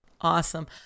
awesome